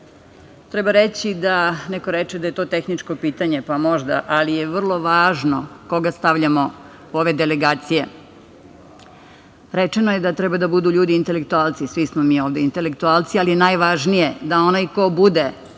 odbora. Neko reče da je to tehničko pitanje. Pa možda, ali je vrlo važno koga stavljamo u ove delegacije. Rečeno je da treba da budu ljudi intelektualci. Svi smo mi ovde intelektualci, ali je najvažnije da onaj ko bude